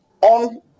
on